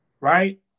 right